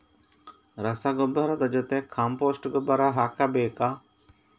ರಸಗೊಬ್ಬರದ ಜೊತೆ ಕಾಂಪೋಸ್ಟ್ ಗೊಬ್ಬರ ಹಾಕಬೇಕಾ?